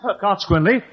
Consequently